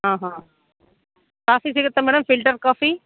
ಹಾಂ ಹಾಂ ಕಾಫಿ ಸಿಗುತ್ತಾ ಮೇಡಮ್ ಫಿಲ್ಟರ್ ಕಾಫಿ